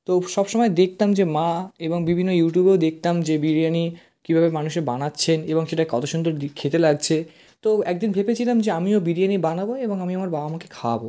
তো সব সময় দেখতাম যে মা এবং বিভিন্ন ইউটিউবেও দেখতাম যে বিরিয়ানি কীভাবে মানুষে বানাচ্ছেন এবং সেটা কতো সুন্দর খেতে লাগছে তো একদিন ভেবেছিলাম যে আমিও বিরিয়ানি বানাবো এবং আমি আমার বাবা মাকে খাওয়াবো